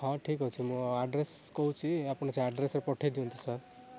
ହଁ ଠିକ୍ ଅଛି ମୁଁ ଆଡ଼୍ରେସ୍ କହୁଛି ଆପଣ ସେ ଆଡ଼୍ରେସ୍ରେ ପଠାଇ ଦିଅନ୍ତୁ ସାର୍